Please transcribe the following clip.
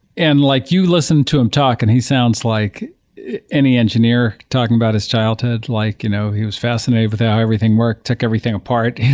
and like you listened to him talk and he sounds like any engineer talking about his childhood. like you know he was fascinated with how everything worked, took everything apart,